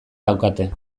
daukate